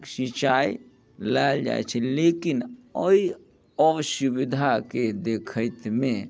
सिचाइ लेल जाइत छै लेकिन अइ अ सुविधाके देखैतमे